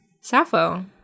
sappho